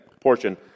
portion